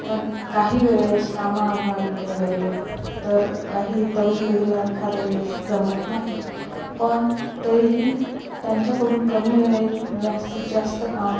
पण काही वेळेस कामाअभावी वगैरे तर काही तरुण पिढीला एखाद्या वेळेस जमत नाही पण तरीही त्यांच्याकडून कमी वेळेत जास्तीत जास्त काम